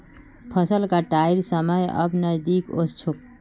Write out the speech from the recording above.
फसल कटाइर समय अब नजदीक ओस छोक